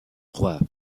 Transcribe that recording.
trois